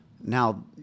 Now